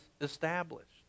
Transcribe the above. established